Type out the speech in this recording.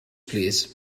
plîs